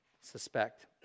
suspect